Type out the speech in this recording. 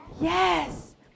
Yes